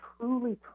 truly